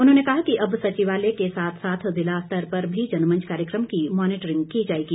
उन्होंने कहा कि अब सचिवालय के साथ साथ ज़िला स्तर पर भी जनमंच कार्यक्रम की मॉनिटरिंग की जाएगी